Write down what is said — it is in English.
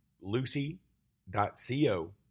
lucy.co